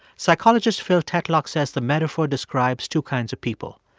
psychologist phil tetlock says the metaphor describes two kinds of people.